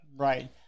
Right